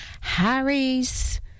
Harry's